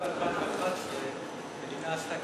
רק ב-2011 המדינה עשתה